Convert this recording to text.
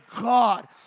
God